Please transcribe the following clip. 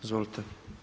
Izvolite.